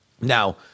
Now